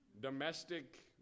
domestic